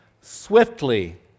swiftly